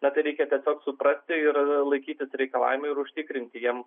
na tai reikia tiesiog suprasti ir laikytis reikalavimų ir užtikrinti jiem